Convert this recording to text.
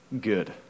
good